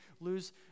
lose